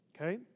Okay